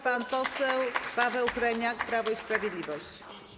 Pan poseł Paweł Hreniak, Prawo i Sprawiedliwość.